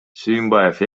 сүйүмбаев